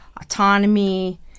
autonomy